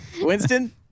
Winston